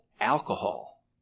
alcohol